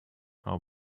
how